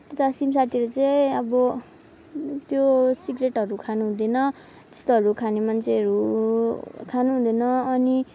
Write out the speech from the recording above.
उता सिमसारतिर चाहिँ अब त्यो सिग्रेटहरू खानुहुँदैन त्यस्तोहरू खानुमा मान्छेहरू खानुहुँदैन अनि